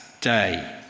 day